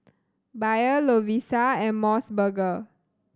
Bia Lovisa and Mos Burger